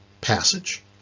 passage